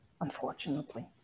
unfortunately